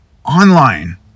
online